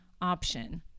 option